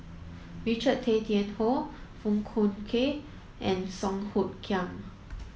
Richard Tay Tian Hoe Foong Fook Kay and Song Hoot Kiam